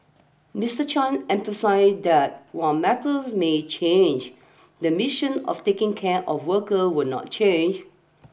Mister Chan emphasised that while methods may change the mission of taking care of workers will not change